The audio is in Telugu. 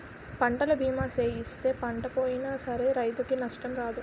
పంటల బీమా సేయిస్తే పంట పోయినా సరే రైతుకు నష్టం రాదు